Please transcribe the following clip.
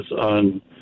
on